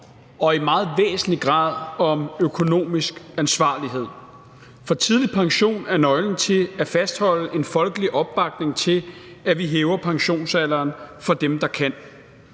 og i meget væsentlig grad om økonomisk ansvarlighed, for tidlig pension er nøglen til at fastholde en folkelig opbakning til, at vi hæver pensionsalderen for dem, der kan.